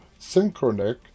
*Synchronic*